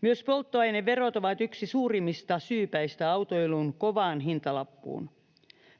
Myös polttoaineverot ovat yksi suurimmista syypäistä autoilun kovaan hintalappuun.